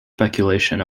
speculation